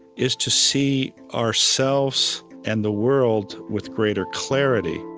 is to see ourselves and the world with greater clarity